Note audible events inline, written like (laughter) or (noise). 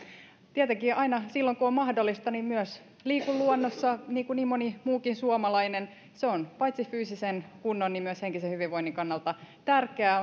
tietenkin aina silloin kun on mahdollista myös liikun luonnossa niin kuin niin moni muukin suomalainen se on paitsi fyysisen kunnon myös henkisen hyvinvoinnin kannalta tärkeää (unintelligible)